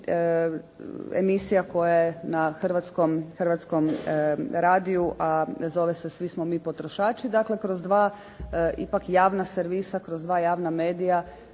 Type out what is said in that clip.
i emisija koja je na Hrvatskom radiju a zove se “Svo smo mi potrošači“. Dakle, kroz dva ipak javna servisa, kroz dva javna medija,